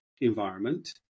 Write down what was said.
environment